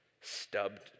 stubbed